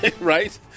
Right